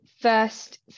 first